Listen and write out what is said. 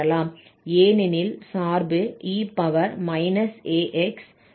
ஏனெனில் சார்பு e−ax மற்றும் e−bx ஆகும்